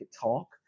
talk